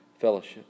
fellowship